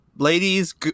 Ladies